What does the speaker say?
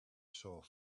sore